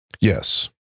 Yes